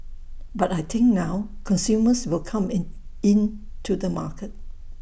but I think now consumers will come in to the market